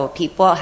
people